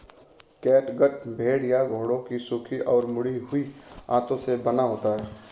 catgut भेड़ या घोड़ों की सूखी और मुड़ी हुई आंतों से बना होता है